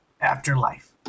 afterlife